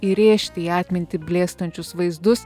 įrėžti į atmintį blėstančius vaizdus